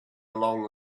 along